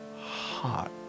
hot